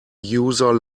user